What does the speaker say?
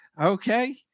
Okay